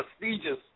prestigious